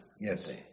Yes